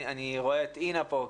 אני רואה את אינה פה,